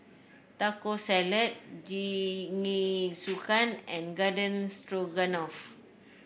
Taco Salad Jingisukan and Garden Stroganoff